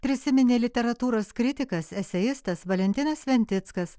prisiminė literatūros kritikas eseistas valentinas sventickas